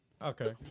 Okay